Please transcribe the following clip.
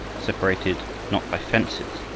separated not by fences,